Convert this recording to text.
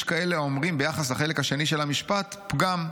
יש כאלה האומרים ביחס לחלק השני של המשפט: פגם.